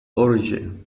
origin